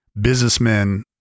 businessmen